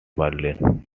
berlin